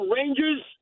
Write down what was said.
Rangers